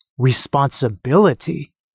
responsibility